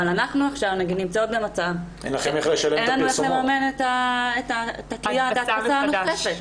אבל אנחנו עכשיו נמצאות במצב שאין לנו איך לממן את ההדפסה המחודשת.